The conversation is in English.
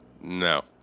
No